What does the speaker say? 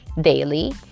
daily